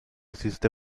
hiciste